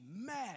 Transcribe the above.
mad